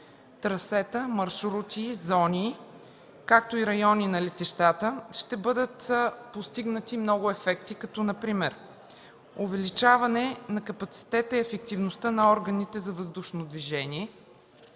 трасета, маршрути, зони, както и райони на летищата, ще бъдат постигнати много ефекти като например: увеличаване на капацитета и ефективността на органите за въздушно движение;